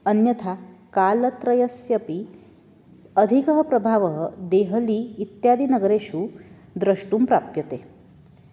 अन्यथा कालत्रयस्यापि अधिकः प्रभावः देहली इत्यादिनगरेषु द्रष्टुं प्राप्यते